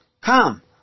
Come